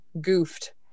goofed